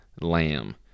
lamb